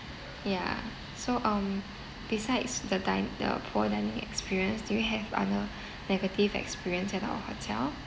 ya so um besides the di~ the poor dining experience do you have other negative experience at our hotel